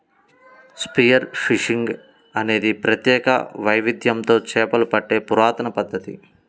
spear fishing అనేది ప్రత్యేక వైవిధ్యంతో చేపలు పట్టే పురాతన పద్ధతి